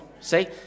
See